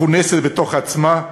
מכונסת בתוך עצמה,